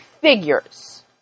figures